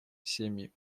семьи